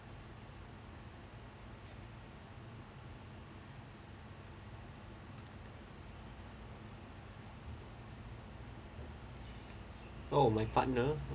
oh my partner